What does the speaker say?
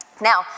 Now